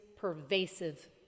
pervasive